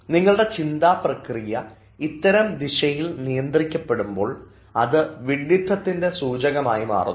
നിങ്ങളുടെ ചിന്താ പ്രക്രിയ ഇത്തരം ദിശയിൽ നിയന്ത്രിക്കപ്പെടുമ്പോൾ അത് വിഡ്ഢിത്തതിൻറെ സൂചകമായി മാറുന്നു